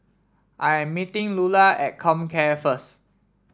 I am meeting Lulla at Comcare first